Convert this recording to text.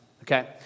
Okay